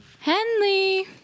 Henley